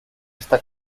esta